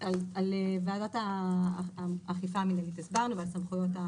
על האכיפה המינהלית הסברנו ועל הסמכויות.